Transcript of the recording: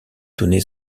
donné